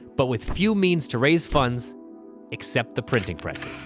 but with few means to raise funds except the printing presses.